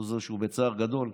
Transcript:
לא רק שהוא בצער גדול,